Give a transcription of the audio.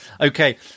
Okay